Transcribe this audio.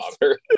father